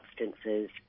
substances